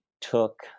took